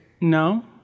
No